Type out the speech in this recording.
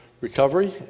recovery